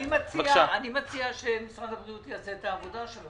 אני מציע שמשרד הבריאות יעשה את העבודה שלו,